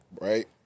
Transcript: right